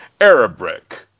Arabic